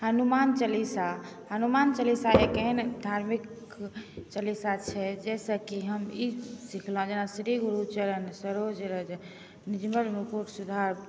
हनुमान चालीसा हनुमान चालीसा एक एहन धार्मिक चालीसा छै जाहिसँ कि हम ई सिखलहुँ जेना श्री गुरु चरण सरोज रज निजमन मुकुर सुधारि